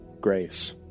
grace